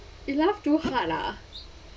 we laugh too hard lah